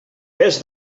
pes